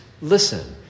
listen